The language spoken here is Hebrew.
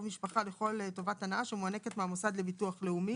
משפחה לכל טובת הנאה שמוענקת מהמוסד לביטוח לאומי.